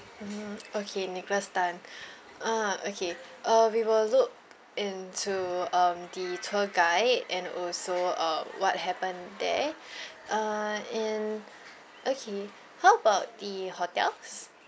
mm okay nicholas tan ah okay uh we will look into um the tour guide and also uh what happen there uh and okay how about the hotels